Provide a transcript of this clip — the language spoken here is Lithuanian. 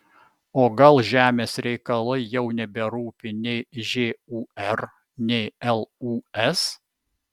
o gal žemės reikalai jau neberūpi nei žūr nei lūs